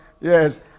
Yes